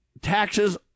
taxes